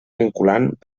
vinculant